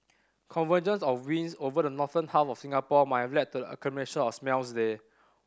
convergence of winds over the northern half of Singapore might have led to the accumulation of smells there